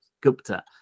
gupta